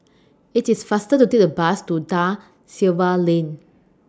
IT IS faster to Take The Bus to DA Silva Lane